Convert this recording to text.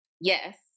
yes